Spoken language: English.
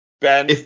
Ben